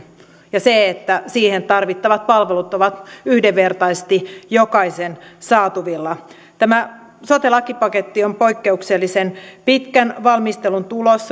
ja se että siihen tarvittavat palvelut ovat yhdenvertaisesti jokaisen saatavilla tämä sote lakipaketti on poikkeuksellisen pitkän valmistelun tulos